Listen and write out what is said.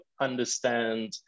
understand